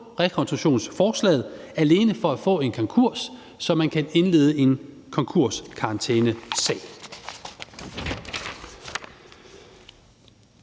rekonstruktionsforslaget alene for at få en konkurs, så man kan indlede en konkurskarantænesag.